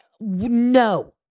No